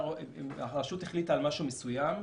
הרשות החליטה על משהו מסוים,